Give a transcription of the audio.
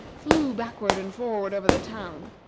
flew backward and forward over the town.